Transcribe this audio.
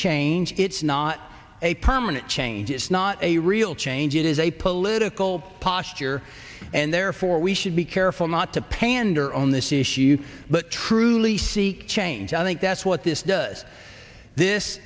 change it's not a permanent change it's not a real change it is a political posture and therefore we should be careful not to pander on this issue but truly seek change i think that's what this does this